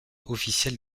officielle